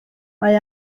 mae